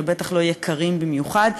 ובטח לא יקרים במיוחד.